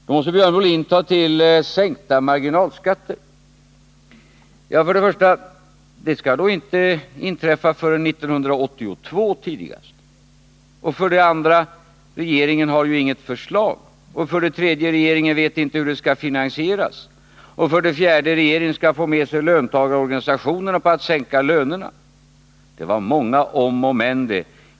Nu måste Björn Molin ta till en sänkning av marginalskatterna. För det första skall det inte inträffa förrän tidigast 1982, för det andra har ju inte regeringen något förslag, för det tredje vet inte regeringen hur det skall finansieras och för det fjärde måste regeringen försöka få med sig löntagarorganisationerna när det gäller att sänka lönerna. Det var många om och men, det.